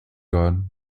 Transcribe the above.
god